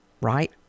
right